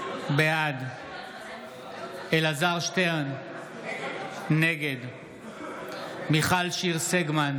בעד אלעזר שטרן, נגד מיכל שיר סגמן,